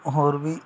ਹੋਰ ਵੀ